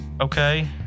okay